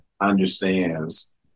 understands